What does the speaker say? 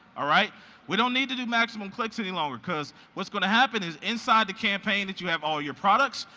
ah we don't need to do maximum clicks any longer because what's going to happen is inside the campaign that you have all your products,